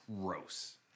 gross